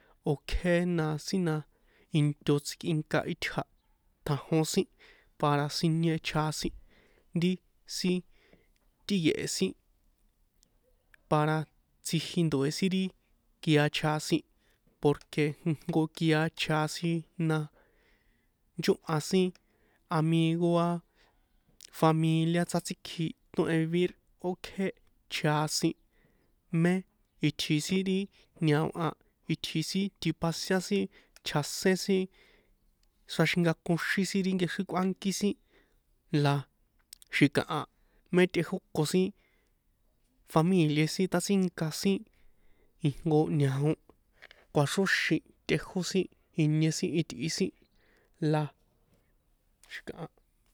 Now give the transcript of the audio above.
O kjéna sin ná into tsíkꞌinka itja̱ tjajon sin para sinie chjasin ri sin tꞌíye̱he sin para tsjiji ndoe̱ sin ri kia chjasin porque ijnko kia chjasin na nchóhan sin amigo aá familia sátsikji tóhen vivir ókjé chjasin mé itji sin ri ñao a itji sin tjipasián sin chjasén sin xraxinkakoxín sin ri nkexrín kꞌuánki sin la xi̱kaha mé tꞌejóko sin famílié sin tꞌatsínka sin ijnko ñao kuaxróxin tꞌejó sin inie sin itꞌi sin la, xi̱kaha.